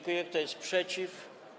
Kto jest przeciw?